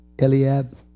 Eliab